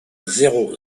zéro